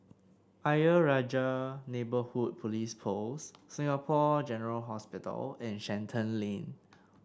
Ayer Rajah Neighbourhood Police Post Singapore General Hospital and Shenton Lane